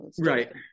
right